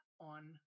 on